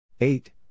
Eight